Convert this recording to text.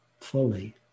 fully